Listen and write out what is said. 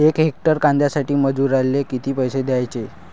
यक हेक्टर कांद्यासाठी मजूराले किती पैसे द्याचे?